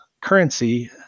currency